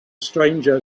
stranger